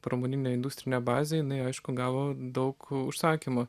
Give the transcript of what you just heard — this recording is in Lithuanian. pramoninę industrinę bazę jinai aišku gavo daug užsakymų